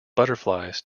butterflies